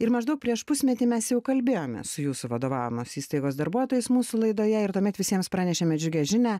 ir maždaug prieš pusmetį mes jau kalbėjomės su jūsų vadovaujamos įstaigos darbuotojais mūsų laidoje ir tuomet visiems pranešėme džiugią žinią